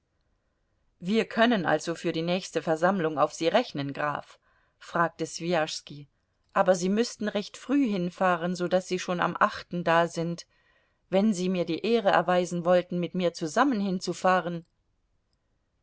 wir können also für die nächste versammlung auf sie rechnen graf fragte swijaschski aber sie müßten recht früh hinfahren so daß sie schon am achten da sind wenn sie mir die ehre erweisen wollten mit mir zusammen hinzufahren